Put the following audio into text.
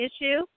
issue